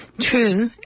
True